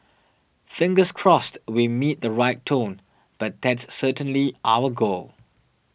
fingers crossed we meet the right tone but that's certainly our goal